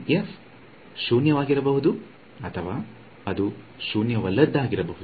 ಈ f ಶೂನ್ಯವಾಗಿರಬಹುದು ಅಥವಾ ಅದು ಶೂನ್ಯವಲ್ಲದದ್ದಾಗಿರಬಹುದು